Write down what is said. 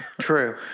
True